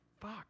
Fuck